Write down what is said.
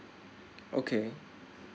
okay